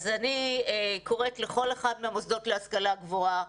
אני קוראת לכל אחד מהמוסדות להשכלה גבוהה,